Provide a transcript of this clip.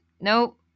Nope